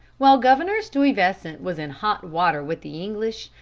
while governor stuyvesant was in hot water with the english,